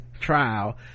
trial